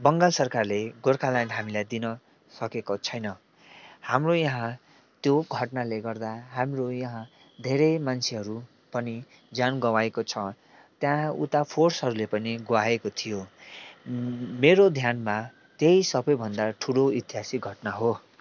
बङ्गाल सरकारले गोर्खाल्यान्ड हामीलाई दिन सकेको छैन हाम्रो यहाँ त्यो घटनाले गर्दा हाम्रो यहाँ धेरै मान्छेहरू पनि ज्यान गुमाएको छ त्यहाँ उता फोर्सहरूले पनि गुमाएको थियो मेरो ध्यानमा त्यही सबैभन्दा ठुलो ऐतिहासिक घटना हो